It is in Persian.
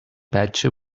بچه